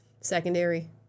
secondary